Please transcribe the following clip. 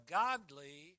godly